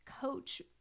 coach